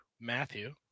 Matthew